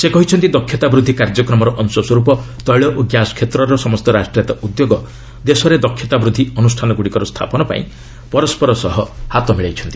ସେ କହିଛନ୍ତି ଦକ୍ଷତା ବୃଦ୍ଧି କାର୍ଯ୍ୟକ୍ରମର ଅଂଶସ୍ୱରୂପ ତେିଳ ଓ ଗ୍ୟାସ୍ କ୍ଷେତ୍ରର ସମସ୍ତ ରାଷ୍ଟ୍ରାୟତ୍ତ ଉଦ୍ୟୋଗ ଦେଶରେ ଦକ୍ଷତା ବୃଦ୍ଧି ଅନୁଷ୍ଠାନଗୁଡ଼ିକର ସ୍ଥାପନ ପାଇଁ ପରସ୍କର ସହ ହାତ ମିଳାଇଛନ୍ତି